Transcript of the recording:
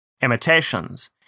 imitations